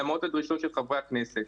למרות הדרישות של חברי הכנסת.